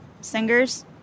singers